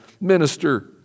minister